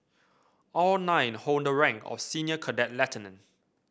all nine hold the rank of senior cadet lieutenant